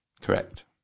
Correct